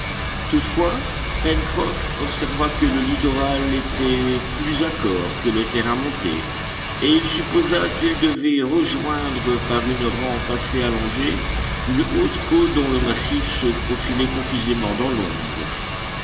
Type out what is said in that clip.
toutefois pencroff observa que le littoral était plus accore que le terrain montait et il supposa qu'il devait rejoindre par une rampe assez allongée une haute côte dont le massif se profilait confusément dans l'ombre